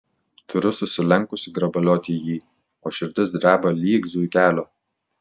turiu susilenkusi grabalioti jį o širdis dreba lyg zuikelio